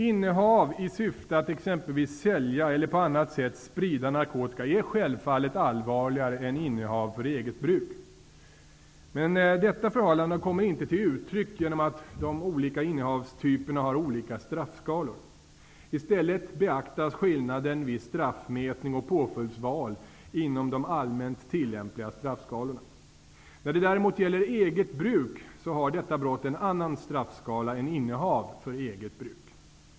Innehav i syfte att exempelvis sälja eller på annat sätt sprida narkotika är självfallet allvarligare än innehav för eget bruk. Men detta förhållande kommer inte till uttryck genom att dessa olika innehavstyper har olika straffskalor. I stället beaktas skillnaden vid straffmätning och påföljdsval inom de allmänt tillämpliga straffskalorna. När det däremot gäller eget bruk har detta brott en annan straffskala än innehav för eget bruk.